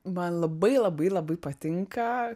man labai labai labai patinka